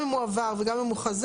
גם אם הוא עבר וגם אם הוא חזר,